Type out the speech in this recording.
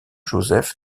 joseph